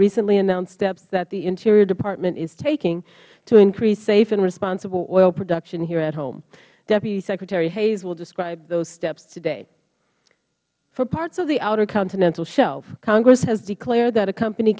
recently announced steps that the interior department is taking to increase safe and responsible oil production here at home deputy secretary hayes will describe those steps today for parts of the outer continental shelf congress has declared that a company